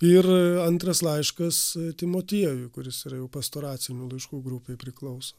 ir antras laiškas timotiejui kuris yra jau pastoracinių laiškų grupei priklauso